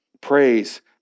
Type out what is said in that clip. Praise